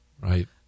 Right